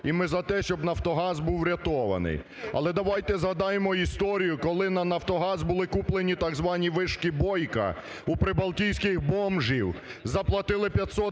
І ми за те, щоб "Нафтогаз" був врятований. Але давайте згадаємо історію, коли на "Нафтогаз" були куплені так звані вишки Бойка у прибалтійських бомжів. Заплатили 500 мільйонів